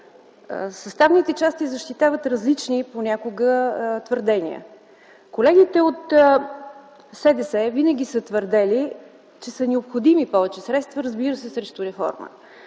съставните части защитават различни понякога твърдения. Колегите от СДС винаги са твърдели, че са необходими повече средства, разбира се, срещу реформата.